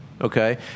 okay